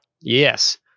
Yes